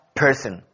person